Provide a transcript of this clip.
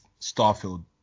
Starfield